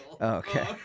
Okay